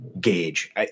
gauge